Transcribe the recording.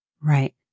Right